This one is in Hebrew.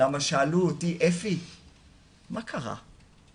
כי שאלו אותי "..אפי מה קרה?